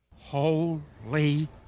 holy